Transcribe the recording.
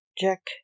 Jack